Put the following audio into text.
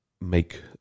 make